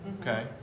Okay